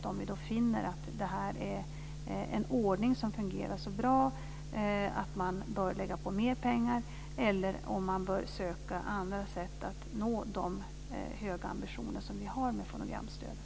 Då kan vi se om vi finner att detta är en ordning som fungerar så bra att man bör lägga på mer pengar, eller om man bör söka andra sätt att nå de höga ambitioner som vi har med fonogramstödet.